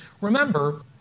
remember